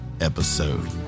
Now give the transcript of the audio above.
episode